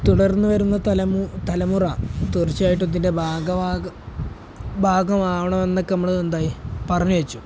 തുടർന്നുവരുന്ന തലമുറ തീർച്ചയായിട്ടും ഇതിൻ്റെ ഭാഗമാകണമെന്നൊക്കെ നമ്മള് എന്തായി പറഞ്ഞുവെച്ചു